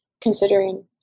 considering